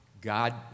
God